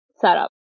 setup